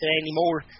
anymore